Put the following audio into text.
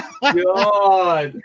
God